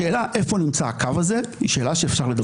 השאלה איפה נמצא הקו הזה היא שאלה שאפשר לדבר עליה.